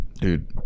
Dude